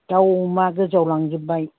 दाउ अमा गोजावलांजोबबाय